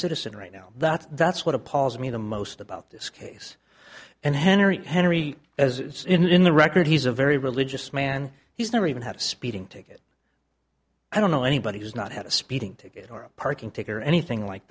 citizen right now that that's what appalls me the most about this case and henry henry as it's in the record he's a very religious man he's never even had a speeding ticket i don't know anybody has not had a speeding ticket or a parking ticket or anything like